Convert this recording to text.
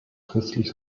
christlich